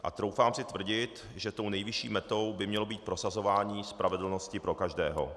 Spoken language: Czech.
A troufám si tvrdit, že tou nejvyšší metou by mělo být prosazování spravedlnosti pro každého.